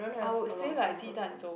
I would say like jidanchou